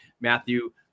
Matthew